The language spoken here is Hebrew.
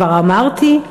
כבר אמרתי,